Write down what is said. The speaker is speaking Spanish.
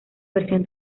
versión